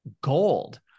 gold